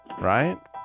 right